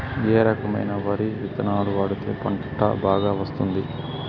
ఏ రకమైన వరి విత్తనాలు వాడితే పంట బాగా వస్తుంది?